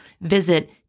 Visit